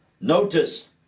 Notice